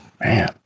Man